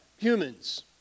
humans